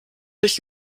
durch